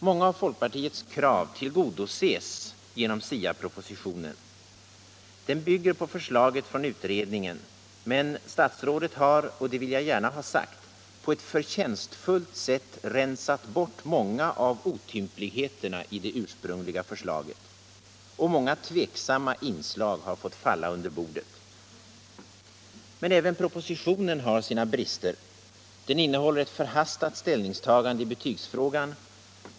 Många av folkpartiets krav tillgodoses genom SIA propositionen. Den bygger på förslaget från utredningen. Men statsrådet har — det vill jag gärna ha sagt — på ett förtjänstfullt sätt rensat bort många av otympligheterna i det usprungliga förslaget. Och många tveksamma inslag har fått falla under bordet. Men även propositionen har sina brister. Den innehåller ett förhastat ställningstagande i betygsfrågan.